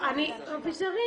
אביזרים.